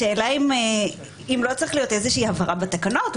השאלה היא אם לא צריכה להיות איזושהי הבהרה בתקנות.